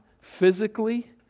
physically